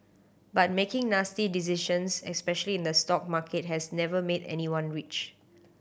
but making nasty decisions especially in the stock market has never made anyone rich